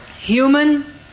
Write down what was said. human